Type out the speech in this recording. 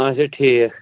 اَچھا ٹھیٖک